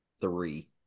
three